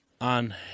on